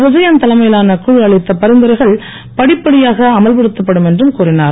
விஜயன் தலைமையிலான குழு அளித்த பரிந்துரைகள் படிப்படியாக அமல்படுத்தப்படும் என்றும் கூறினார்